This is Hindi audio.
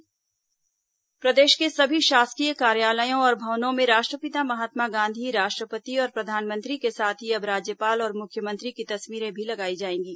शासकीय कार्यालय तस्वीर प्रदेश के सभी शासकीय कार्यालयों और भवनों में राष्ट्रपिता महात्मा गांधी राष्ट्रपति और प्रधानमंत्री के साथ ही अब राज्यपाल और मुख्यमंत्री की तस्वीरें भी लगाई जाएंगी